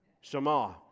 Shema